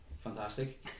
fantastic